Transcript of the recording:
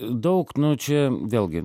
daug čia vėlgi